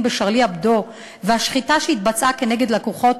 ב"שארלי הבדו" והשחיטה שהתבצעה בלקוחות